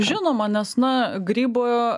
žinoma nes na grybo